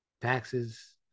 taxes